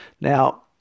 Now